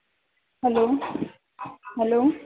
hello hello